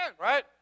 Right